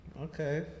Okay